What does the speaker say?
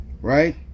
right